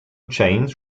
chains